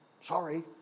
Sorry